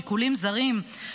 שיקולים זרים,